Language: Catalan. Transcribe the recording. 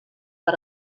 per